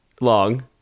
long